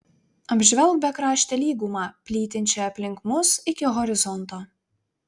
apžvelk bekraštę lygumą plytinčią aplink mus iki horizonto